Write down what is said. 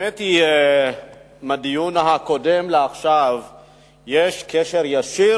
האמת היא שמהדיון הקודם לעכשיו יש קשר ישיר,